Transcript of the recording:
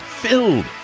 Filled